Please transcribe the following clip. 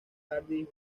hardy